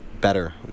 better